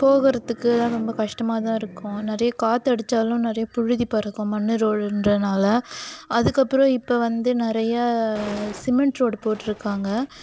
போகிறதுக்குலாம் ரொம்ப கஷ்டமாக தான் இருக்கும் நிறைய காற்று அடித்தாலும் நிறைய புழுதி பறக்கும் மண்ணு ரோடுகிறனால அதுக்கப்புறம் இப்போ வந்து நிறைய சிமெண்ட் ரோடு போட்டிருக்காங்க